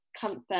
comfort